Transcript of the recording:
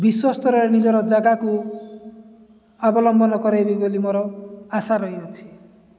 ବିଶ୍ୱସ୍ତରରେ ନିଜର ଜାଗାକୁ ଅବଲମ୍ବନ କରାଇବି ବୋଲି ମୋର ଆଶା ରହିଅଛି